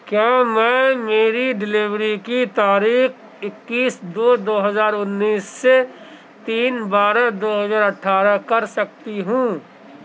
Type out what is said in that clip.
کیا میں میری ڈیلیوری کی تاریخ اکیس دو دو ہزار انیس سے تین بارہ دو ہزار اٹھارہ کر سکتی ہوں